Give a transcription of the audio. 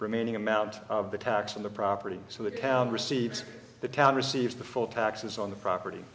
remaining amount of the tax on the property so the town receives the town receives the full taxes on the property